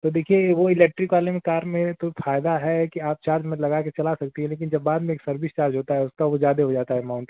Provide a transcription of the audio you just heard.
तो देखिए वह इलेक्ट्रिक वाली कार में तो फ़ायदा है कि आप चार मत लगाकर चला सकती हैं लेकिन जब बाद में सर्विस चार्ज होता है उसका वह ज़्यादा हो जाता है एमाउन्ट